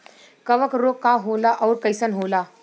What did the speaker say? कवक रोग का होला अउर कईसन होला?